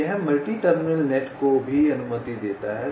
तो यह multi terminal net को भी अनुमति देता है